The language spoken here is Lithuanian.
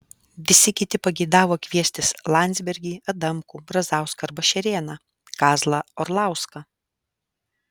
visi kiti pageidavo kviestis landsbergį adamkų brazauską arba šerėną kazlą orlauską